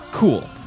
Cool